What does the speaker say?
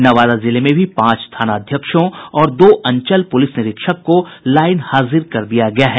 नवादा जिले में भी पांच थानाध्यक्षों और दो अंचल पुलिस निरीक्षक को लाईन हाजिर कर दिया गया है